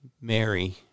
Mary